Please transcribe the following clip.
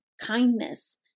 kindness